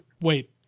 Wait